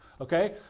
Okay